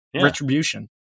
Retribution